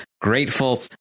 grateful